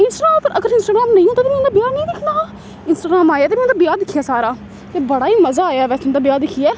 Instagram उप्पर अगर Instagram नेईं होंदा ते उं'दा ब्याह् नेईंं दिक्खना हा इंस्टाग्राम आया ते में उं'दा ब्याह् दिक्खेआ सारा बड़ा ही मजा आया बैसे उं'दा ब्याह् दिक्खियै